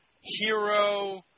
hero